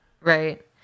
Right